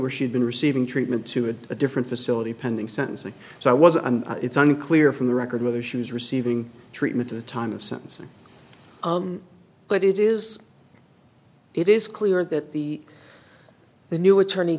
where she'd been receiving treatment to a different facility pending sentencing so i was and it's unclear from the record whether she was receiving treatment at the time of sentencing but it is it is clear that the the new attorney